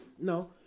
no